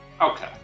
Okay